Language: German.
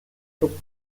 tupft